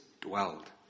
dwelled